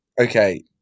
Okay